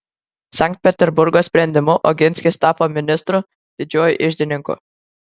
sankt peterburgo sprendimu oginskis tapo ministru didžiuoju iždininku